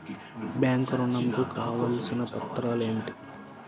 Bank ఋణం కు కావలసిన పత్రాలు ఏమిటి?